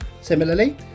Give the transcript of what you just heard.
Similarly